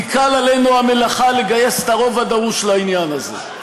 תיקל עלינו המלאכה לגייס את הרוב הדרוש לעניין הזה.